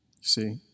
See